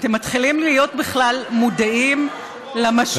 אתם מתחילים להיות בכלל מודעים למשמעות,